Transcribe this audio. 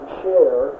share